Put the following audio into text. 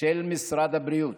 של משרד הבריאות.